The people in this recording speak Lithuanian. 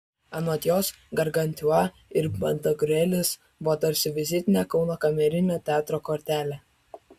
anot jos gargantiua ir pantagriuelis buvo tarsi vizitinė kauno kamerinio teatro kortelė